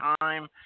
time